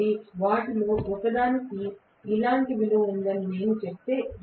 కాబట్టి వాటిలో ఒకదానికి ఇలాంటి విలువ ఉందని నేను చెబితే